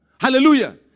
Hallelujah